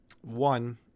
One